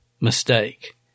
mistake